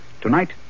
Tonight